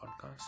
podcast